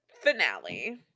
finale